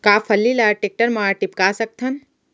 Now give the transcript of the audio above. का फल्ली ल टेकटर म टिपका सकथन?